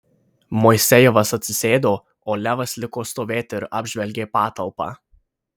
moisejevas atsisėdo o levas liko stovėti ir apžvelgė patalpą